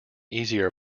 easier